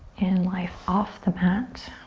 in life off the mat.